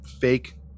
fake